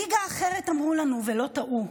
ליגה אחרת, אמרו לנו ולא טעו,